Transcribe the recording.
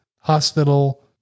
hospital